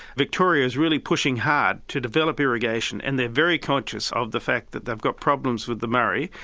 victoria's really pushing hard to develop irrigation, and they're very conscious of the fact that they've got problems with the murray,